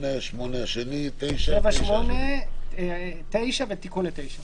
8, 9 ותיקון ל-9.